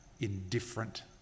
indifferent